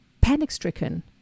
panic-stricken